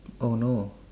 oh no